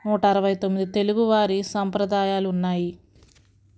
నూటా అరవై తొమ్మిది తెలుగు వారి సాంప్రదాయాలు ఉన్నాయి